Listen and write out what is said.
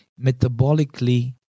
metabolically